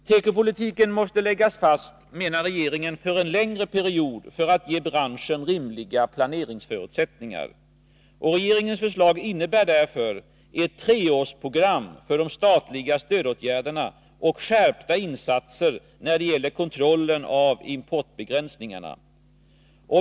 Tekopolitiken måste läggas fast, menar regeringen, för en längre period för att ge branschen rimliga planeringsförutsättningar. Regeringens förslag innebär därför ett treårsprogram för de statliga stödåtgärderna och skärpta insatser när det gäller kontrollen av importbegränsningarna.